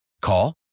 Call